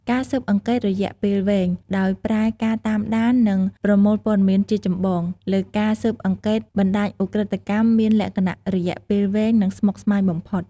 ការស៊ើបអង្កេតរយៈពេលវែង ដោយប្រើការតាមដាន និងប្រមូលព័ត៌មានជាចម្បង លើការស៊ើបអង្កេតបណ្តាញឧក្រិដ្ឋកម្មមានលក្ខណៈ រយៈពេលវែង និងស្មុគស្មាញបំផុត។